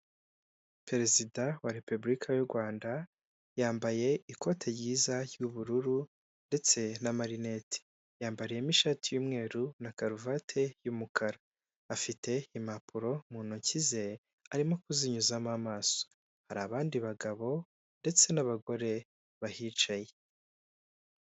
Perezida wa repubulika y'u Rwanda yambaye ikote ryiza ry'ubururu ndetse n'amarinete, yambariyemo ishati y'umweru na karuvati y'umukara, afite impapuro mu ntoki ze arimo kuzinyuzamo amaso, hari abandi bagabo ndetse n'abagore bahicaye.